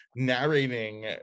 narrating